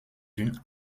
une